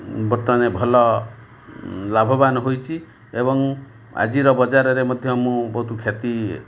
ବର୍ତ୍ତମାନ ଭଲ ଲାଭବାନ ହୋଇଛି ଏବଂ ଆଜିର ବଜାରରେ ମଧ୍ୟ ମୁଁ ବହୁତ କ୍ଷତି